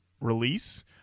release